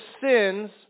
sins